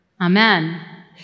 Amen